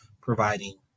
providing